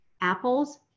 apples